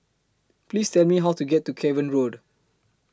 Please Tell Me How to get to Cavan Road